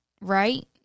right